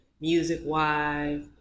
music-wise